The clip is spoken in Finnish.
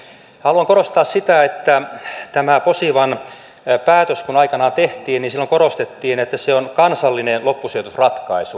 haluan korostaa sitä että tämä posivan päätös kun aikanaan tehtiin niin silloin korostettiin että se on kansallinen loppusijoitusratkaisu